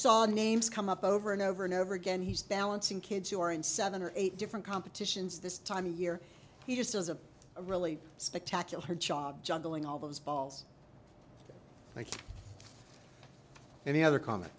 saw the names come up over and over and over again he's balancing kids who are in seven or eight different competitions this time of year he just has a really spectacular job juggling all those balls like any other com